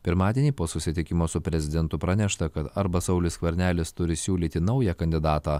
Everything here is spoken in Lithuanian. pirmadienį po susitikimo su prezidentu pranešta kad arba saulius skvernelis turi siūlyti naują kandidatą